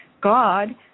God